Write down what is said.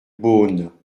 beaune